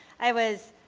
i was